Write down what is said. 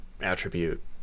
attribute